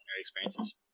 experiences